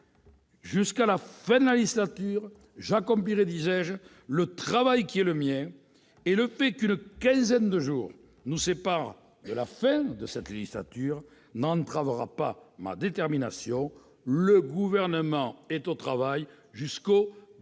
jusqu'à la fin de la législature- c'est bien la moindre des choses -le travail qui est le mien ; le fait qu'une quinzaine de jours nous séparent de la fin de cette législature n'entravera pas ma détermination. Le Gouvernement est au travail jusqu'au dernier